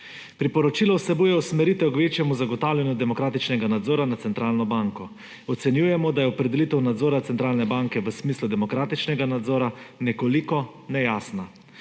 Priporočilo vsebuje usmeritev k večjemu zagotavljanju demokratičnega nadzora nad centralno banko. Ocenjujemo, da je opredelitev nadzora centralne banke v smislu demokratičnega nadzora nekoliko nejasna.